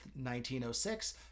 1906